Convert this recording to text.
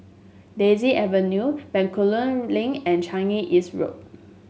Daisy Avenue Bencoolen Link and Changi East Road